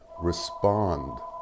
respond